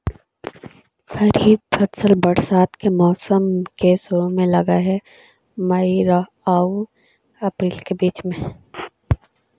खरीफ फसल बरसात के मौसम के शुरु में लग हे, मई आऊ अपरील के बीच में